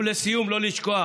ולסיום, לא לשכוח: